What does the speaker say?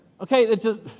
Okay